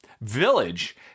Village